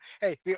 Hey